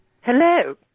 Hello